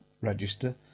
register